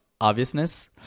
obviousness